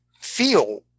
feel